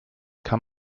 kann